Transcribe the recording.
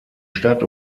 stadt